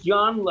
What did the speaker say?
John